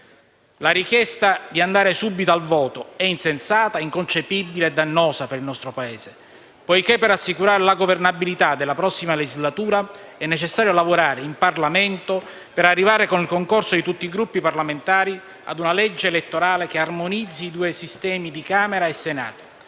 La richiesta di andare subito al voto è insensata, inconcepibile e dannosa per il nostro Paese, poiché per assicurare la governabilità della prossima legislatura è necessario lavorare in Parlamento per arrivare, con il concorso di tutti i Gruppi parlamentari, a una legge elettorale che armonizzi i due sistemi di Camera e Senato.